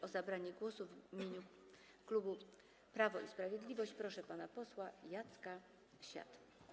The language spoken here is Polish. O zabranie głosu w imieniu klubu Prawo i Sprawiedliwość proszę pana posła Jacka Świata.